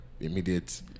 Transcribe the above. immediate